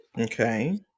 Okay